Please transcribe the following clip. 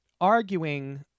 arguing